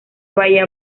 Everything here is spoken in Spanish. bahía